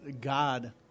God